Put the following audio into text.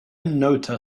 nóta